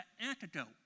antidote